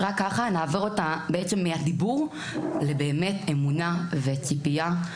רק כך נעבור מהדיבור לאמונה וציפייה.